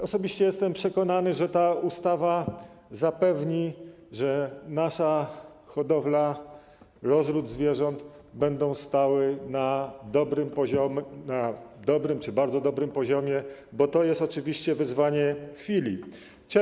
Osobiście jestem przekonany, że ta ustawa zapewni, że nasza hodowla, rozród zwierząt będą stały na dobrym czy bardzo dobrym poziomie, bo to jest oczywiście wyzwanie chwili.